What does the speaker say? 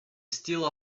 steal